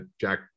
jack